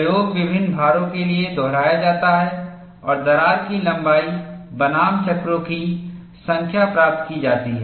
प्रयोग विभिन्न भारों के लिए दोहराया जाता है और दरार की लंबाई बनाम चक्रों की संख्या प्राप्त की जाती है